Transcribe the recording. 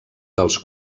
dels